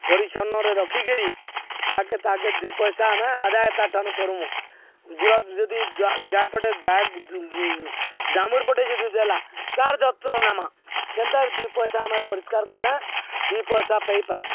ପରିଚ୍ଛନ୍ନରେ ରଖିକିରି ତାକେ ତାକେ ଦୁଇ ପଇସା ଆମେ ଆଦାୟ ତାଠାରୁ କରମୁ ଗୁର ଯଦି ଗା ପଟେ ଗାାୟ ଦାମୁର ପଟେ ଯଦି ଦେଲା ତାର ଯତ୍ନ ନମା କେନ୍ତା ଦି ପଇସା ଆମେ ପରିଷ୍କାର କଲେ ଦୁଇ ପଇସା ପଇ ପାର୍ମା